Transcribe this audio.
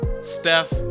Steph